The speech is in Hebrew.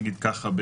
נגיד ככה,